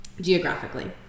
geographically